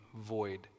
void